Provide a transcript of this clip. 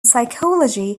psychology